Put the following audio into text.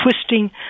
twisting